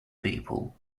people